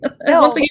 No